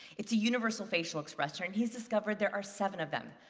it's a universal facial expression, and he's discovered there are seven of them.